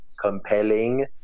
compelling